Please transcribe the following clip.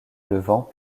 levant